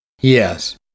Yes